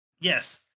Yes